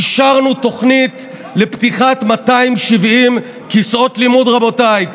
אישרנו תוכנית לפתיחת 270 כיסאות לימוד, רבותיי.